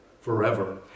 forever